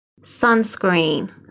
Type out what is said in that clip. Sunscreen